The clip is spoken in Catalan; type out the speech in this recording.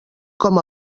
com